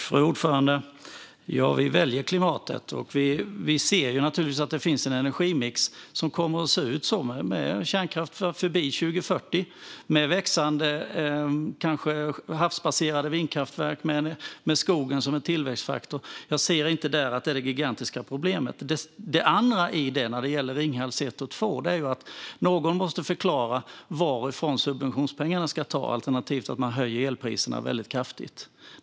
Fru talman! Vi väljer klimatet. Vi ser naturligtvis att det kommer att vara en energimix med kärnkraft förbi 2040, kanske med fler havsbaserade vindkraftverk och med skogen som en tillväxtfaktor. Jag ser inte att detta är det gigantiska problemet. När det gäller Ringhals 1 och 2 måste någon dessutom förklara varifrån subventionspengarna ska tas - alternativet är att man höjer elpriserna mycket kraftigt.